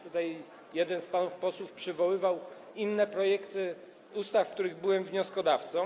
Tutaj jeden z panów posłów przywoływał inne projekty ustaw, których byłem wnioskodawcą.